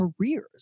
careers